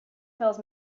fills